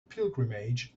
pilgrimage